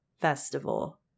festival